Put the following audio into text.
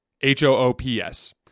H-O-O-P-S